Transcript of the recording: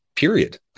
Period